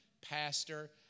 pastor